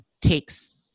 takes